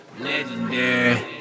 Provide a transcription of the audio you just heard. Legendary